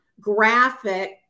graphic